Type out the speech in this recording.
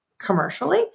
commercially